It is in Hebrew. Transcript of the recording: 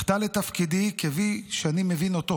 אחטא לתפקידי כפי שאני מבין אותו.